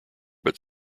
but